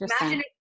imagine